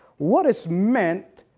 what is meant